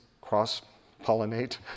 cross-pollinate